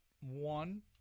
one